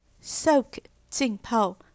Soak,浸泡